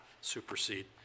supersede